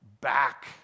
back